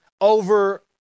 over